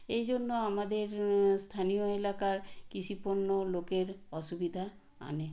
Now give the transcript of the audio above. এই জন্য আমাদের স্থানীয় এলাকার কৃষি পণ্য লোকের অসুবিধা আনে